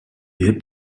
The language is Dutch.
hebt